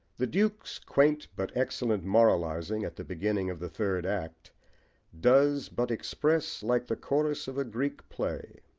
the duke's quaint but excellent moralising at the beginning of the third act does but express, like the chorus of a greek play,